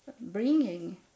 bringing